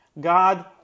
God